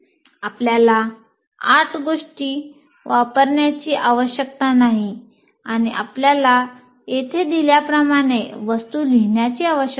आपल्याला 8 गोष्टी वापरण्याची आवश्यकता नाही आणि आपल्याला येथे दिल्याप्रमाणे वस्तू लिहिण्याची आवश्यकता नाही